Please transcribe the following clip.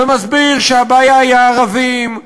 ומסביר שהבעיה היא הערבים,